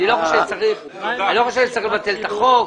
אני לא חושב שצריך לבטל את החוק,